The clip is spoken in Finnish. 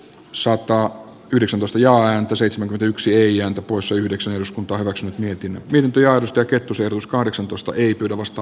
saipa yhdeksän nostajaa ääntä seitsemän yksi ja opus yhdeksän eduskunta hyväksynyt mietin miten työusta kettu sijoituskahdeksantoista ei pidä vasta